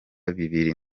bibiri